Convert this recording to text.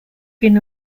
been